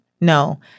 No